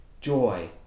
joy